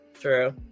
True